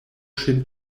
ŝin